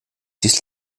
dies